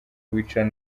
wicara